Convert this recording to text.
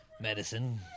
medicine